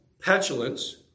petulance